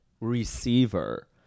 receiver